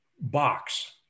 box